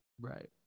right